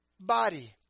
body